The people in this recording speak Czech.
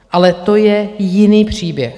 Ale to je jiný příběh.